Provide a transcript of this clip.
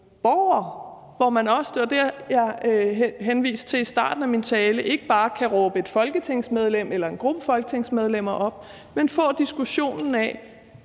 hvor man, og det var det, jeg henviste til i starten af min tale, ikke bare kan råbe et folketingsmedlem eller en gruppe af folketingsmedlemmer op, men få diskussionen af,